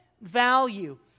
value